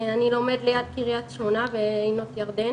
אני לומד ליד קרית שמונה בעינות ירדן